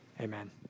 amen